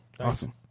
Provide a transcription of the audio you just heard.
Awesome